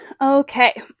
Okay